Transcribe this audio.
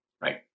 Right